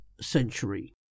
century